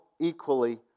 equally